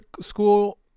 school